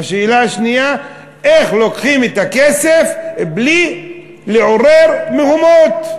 והשאלה השנייה: איך לוקחים את הכסף בלי לעורר מהומות?